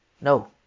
No